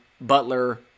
Butler